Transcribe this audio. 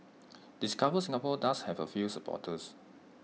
discover Singapore does have A few supporters